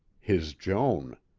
his joan.